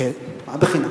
בחינם